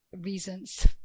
reasons